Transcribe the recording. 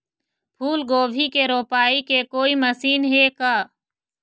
फूलगोभी के रोपाई के कोई मशीन हे का?